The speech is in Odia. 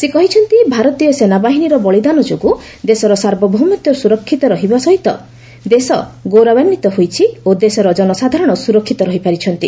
ସେ କହିଛନ୍ତି ଭାରତୀୟ ସେନାବାହିନୀର ବଳିଦାନ ଯୋଗୁଁ ଦେଶର ସାର୍ବଭୌମତ୍ୱ ସୁରକ୍ଷିତ ରହିବା ସହିତ ଦେଶ ଗୌରବାନ୍ୱିତ ହୋଇଛି ଓ ଦେଶର ଜନସାଧାରଣ ସୁରକ୍ଷିତ ରହିପାରିଛନ୍ତି